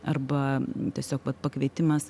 arba tiesiog pakvietimas